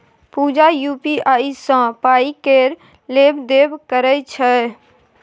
पुजा UPI सँ पाइ केर लेब देब करय छै